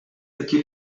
taki